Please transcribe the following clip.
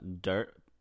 dirt